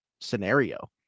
scenario